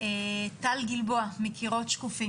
שכמובן כל החומר הזה לא חדש לי.